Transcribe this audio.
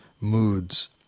moods